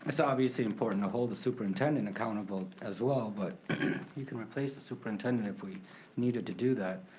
it's obviously important to hold the superintendent accountable as well, but you can replace the superintendent if we needed to do that.